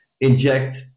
inject